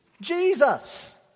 Jesus